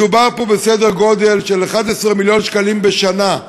מדובר פה בסדר גודל של 11 מיליון שקלים בשנה,